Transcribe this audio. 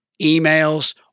emails